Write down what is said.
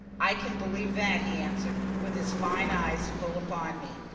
i can believe that, he answered, with his fine eyes full upon me.